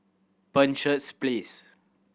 Penshurst Place